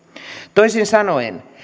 toisin sanoen